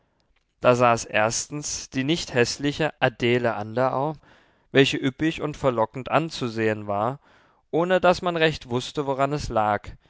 da saß erstens die nicht häßliche adele anderau welche üppig und verlockend anzusehen war ohne daß man recht wußte woran es lag